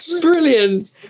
Brilliant